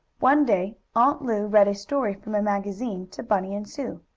one day aunt lu read a story from a magazine to bunny and sue.